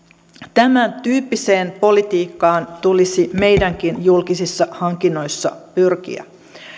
tämäntyyppiseen politiikkaan tulisi meidänkin julkisissa hankinnoissa pyrkiä